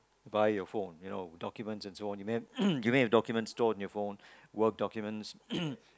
by your phone you know documents and so on you may you may have documents stored on your phone work documents